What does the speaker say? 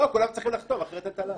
כולם צריכים לחתום, אחרת אין תל"ן.